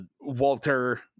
Walter